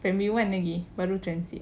primary one lagi baru transit